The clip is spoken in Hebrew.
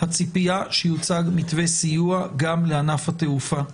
הציפייה שיוצג מתווה סיוע גם לענף התעופה.